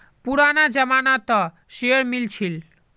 पुराना जमाना त शेयर मिल छील